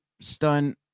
stun